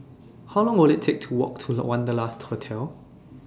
How Long Will IT Take to Walk to Wanderlust Hotel